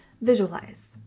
visualize